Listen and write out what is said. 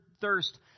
thirst